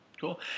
Cool